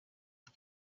bwe